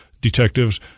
detectives